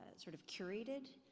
ah sort of curated,